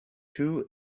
two